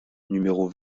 numéro